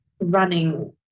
running